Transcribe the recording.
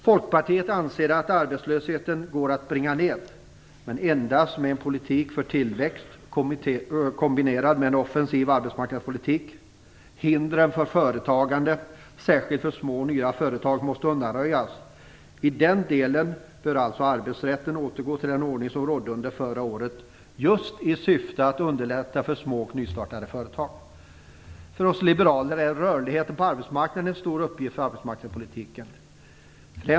Folkpartiet anser att arbetslösheten går att bringa ned men endast med en politik för tillväxt kombinerad med en offensiv arbetsmarknadspolitik. Hindren för företagande, särskilt för små och nya företag, måste undanröjas. I den delen bör alltså arbetsrätten återgå till den ordning som rådde under förra året, just i syfte att underlätta för små och nystartade företag. Vi liberaler anser att rörligheten på arbetsmarknaden är viktig för arbetsmarknadspolitiken.